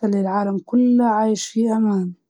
تمنعهم من إنجاز مهامهم اليومية.